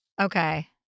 Okay